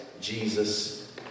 Jesus